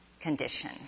condition